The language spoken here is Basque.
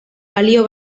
balio